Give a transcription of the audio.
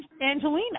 Angelina